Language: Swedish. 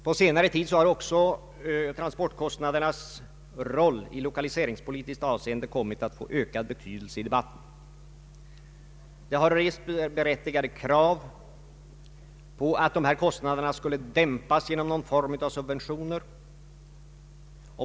På senare tid har också transportkostnadernas roll i lokaliseringspolitiskt avseende kommit att få ökad betydelse i debatten. Det har rests berättigade krav på att dessa kostnader skulle dämpas genom någon form av subventioner.